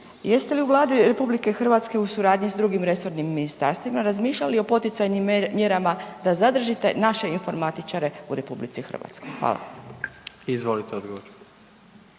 Jeste li u Vladi RH u suradnji s drugim resornim ministarstvima razmišljali o poticajnim mjerama da zadržite naše informatičare u RH? Hvala. **Jandroković,